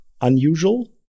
unusual